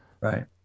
Right